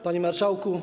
Panie Marszałku!